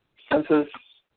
census